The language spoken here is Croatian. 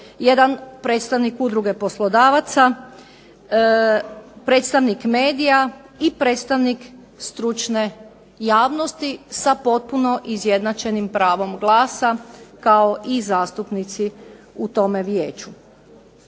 jedan predstavnik udruge poslodavaca, predstavnik medija i predstavnik stručne javnosti sa potpuno izjednačenim pravom glasa kao i zastupnici u tome Vijeću.